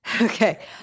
Okay